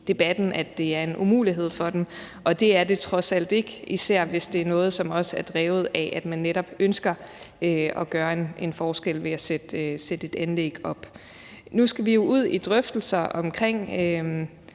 at det er en umulighed for dem, og det er det trods alt ikke, især hvis det er noget, som også er drevet af, at man netop ønsker at gøre en forskel ved at sætte et anlæg op. Nu skal vi jo have nogle drøftelser omkring